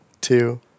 two